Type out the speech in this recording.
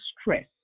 stress